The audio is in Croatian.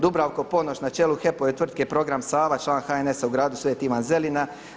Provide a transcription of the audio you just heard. Dubravko Ponoć na čelu HEP-ove tvrtke program Sava, član HNS-a u gradu Sv. Ivan Zelina.